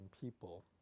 people